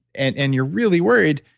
and and you're really worried,